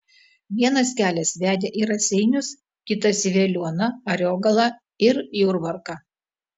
vienas kelias vedė į raseinius kitas į veliuoną ariogalą ir jurbarką